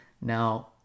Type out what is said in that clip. Now